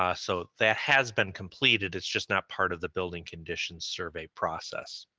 ah so that has been completed, it's just not part of the building condition survey process.